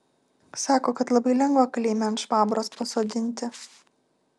sako kad labai lengva kalėjime ant švabros pasodinti